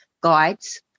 guides